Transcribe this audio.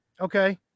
Okay